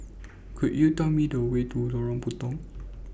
Could YOU Tell Me The Way to Lorong Puntong